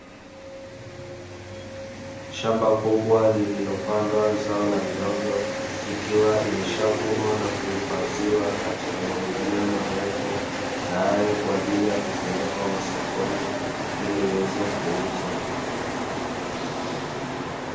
Shamba kubwa lililopandwa zao la mihogo, ikiwa imeshavunwa na kuhifadhiwa katika magunia marefu, tayari kwa ajili ya kupelekwa masokoni ili iweze kuuzwa.